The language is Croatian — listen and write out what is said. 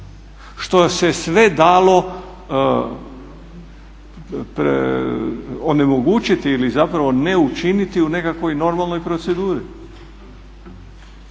što se sve dalo onemogućiti ili zapravo ne učiniti u nekakvoj normalnoj proceduri.